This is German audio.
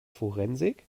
forensik